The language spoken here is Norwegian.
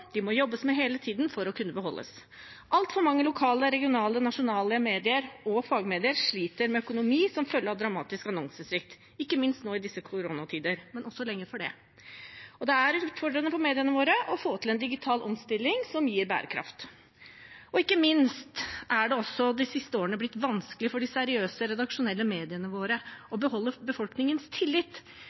De må jobbes med hele tiden for å kunne beholdes. Altfor mange lokale, regionale og nasjonale medier og fagmedier sliter med økonomien som følge av dramatisk annonsesvikt, ikke minst nå i disse koronatider, men også lenge før det. Det er utfordrende for mediene våre å få til en digital omstilling som gir bærekraft. Ikke minst er det også de siste årene blitt vanskeligere for de seriøse redaksjonelle mediene å beholde befolkningens tillit,